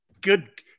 Good